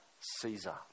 Caesar